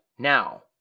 Now